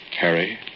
Harry